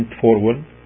forward